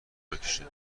بکشه